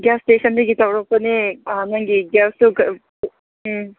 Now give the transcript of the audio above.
gas ꯏꯁꯇꯦꯁꯟꯗꯒꯤ ꯇꯧꯔꯛꯄꯅꯦ ꯑꯥ ꯅꯪꯒꯤ ꯒ꯭ꯌꯥꯁꯇꯨ ꯎꯝ